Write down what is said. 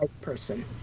person